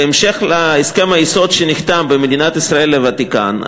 בהמשך להסכם היסוד שנחתם בין מדינת ישראל לוותיקן,